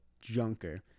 junker